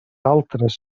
altres